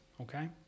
okay